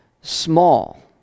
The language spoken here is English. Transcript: small